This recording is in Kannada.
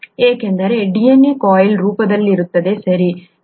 ಏಕೆಂದರೆ DNA ಕಾಯಿಲ್ ರೂಪದಲ್ಲಿರುತ್ತದೆ ಸರಿ